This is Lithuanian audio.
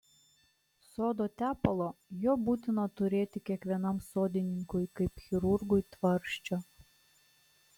sodo tepalo jo būtina turėti kiekvienam sodininkui kaip chirurgui tvarsčio